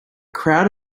crowd